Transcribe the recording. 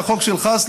זה החוק שלך,